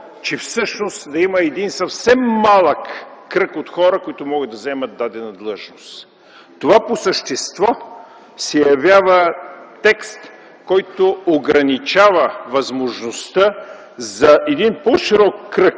че всъщност да има един съвсем малък кръг от хора, които да могат да заемат дадена длъжност. Това по същество се явява текст, който ограничава възможността за един по-широк кръг